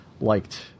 liked